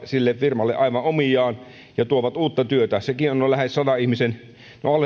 sille firmalle aivan omiaan ja tuovat uutta työtä sekin on lähes sadan ihmisen no alle